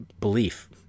belief